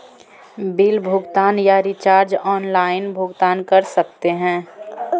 Bill भुगतान या recharge online भुगतान कर सकते हैं?